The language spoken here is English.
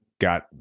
got